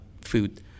food